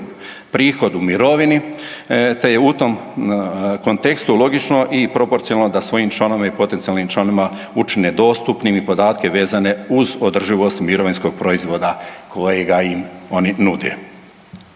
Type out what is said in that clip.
prihod u mirovini, te je u tom kontekstu logično i proporcionalno da svojim članovima i potencijalnim članovima učine dostupnim i podatke vezane uz održivost mirovinskog proizvoda kojega im oni nude.